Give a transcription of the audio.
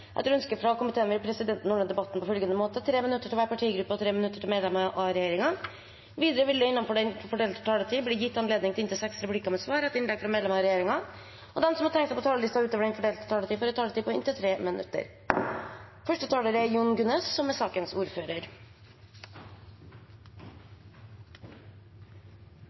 Etter ønske fra transport- og kommunikasjonskomiteen vil presidenten ordne debatten slik: 3 minutter til hver partigruppe og 3 minutter til medlemmer av regjeringen. Videre vil det – innenfor den fordelte taletid – bli gitt anledning til inntil seks replikker med svar etter innlegg fra medlemmer av regjeringen, og de som måtte tegne seg på talerlisten utover den fordelte taletid, får også en taletid på inntil 3 minutter. Sakens ordfører,